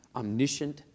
omniscient